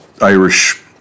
Irish